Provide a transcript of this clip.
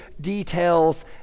details